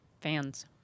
Fans